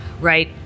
right